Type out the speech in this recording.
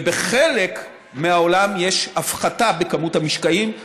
ובחלק מהעולם יש הפחתה בכמות המשקעים.